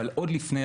אבל עוד לפני,